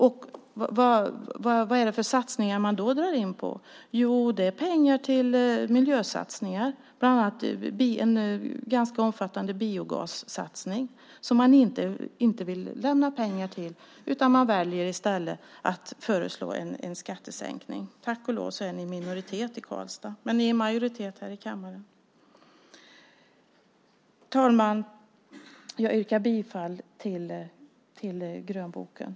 Och vad är det för satsningar man drar in på? Jo, det är pengar till miljösatsningar. Det är bland annat en ganska omfattande biogassatsning som man inte vill lämna pengar till, utan man väljer i stället att föreslå en skattesänkning. Tack och lov är ni i minoritet i Karlstad, men ni är ju i majoritet här i kammaren. Fru talman! Jag yrkar bifall till utskottets förslag i utlåtandet.